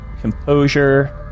composure